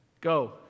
Go